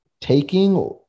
taking